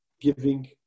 giving